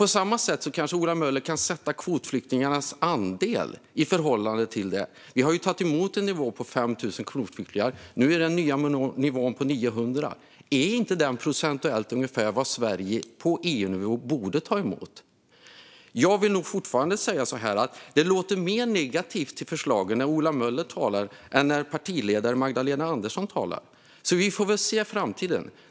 På samma sätt kanske Ola Möller kan sätta kvotflyktingarnas andel i förhållande till detta. Vår nivå har ju varit att vi har tagit emot 5 000 kvotflyktingar. Den nya nivån är 900. Är inte denna nivå procentuellt ungefär vad Sverige på EU-nivå borde ta emot? Jag vill fortfarande säga att Ola Möller låter mer negativ till förslagen än vad hans partiledare Magdalena Andersson låter. Vi får väl se hur det blir i framtiden.